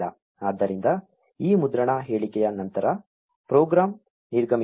ಆದ್ದರಿಂದ ಈ ಮುದ್ರಣ ಹೇಳಿಕೆಯ ನಂತರ ಪ್ರೋಗ್ರಾಂ ನಿರ್ಗಮಿಸುತ್ತದೆ